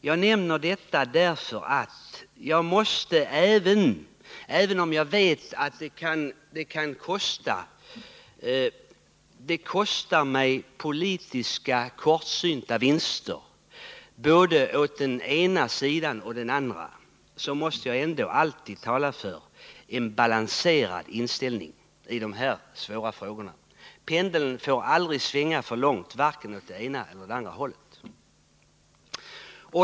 Jag nämner detta därför att jag alltid, även om jag vet att det kostar mig kortsiktiga politiska vinster, måste tala för en balanserad inställning i de här svåra frågorna. Pendeln får aldrig svänga för långt åt ena eller andra hållet.